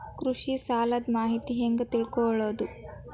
ಕೃಷಿ ಸಾಲದ ಮಾಹಿತಿ ಹೆಂಗ್ ತಿಳ್ಕೊಳ್ಳೋದು?